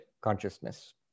consciousness